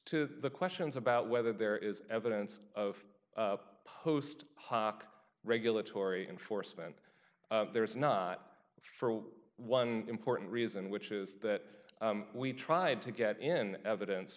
to the questions about whether there is evidence of post hoc regulatory enforcement there is not for one important reason which is that we tried to get in evidence